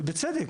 ובצדק,